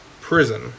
prison